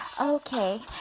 Okay